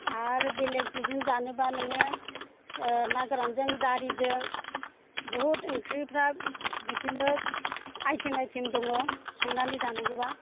आरो बेलेग दिजाइन जानोबा नोङो ना गोरानजों जारिजों बुहुत ओंख्रिफ्रा बिदिनो आइटेम आइटेम दङ संनानै जानांगौबा